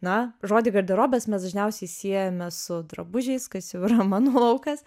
na žodį garderobas mes dažniausiai siejame su drabužiais kas jau yra mano laukas